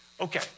okay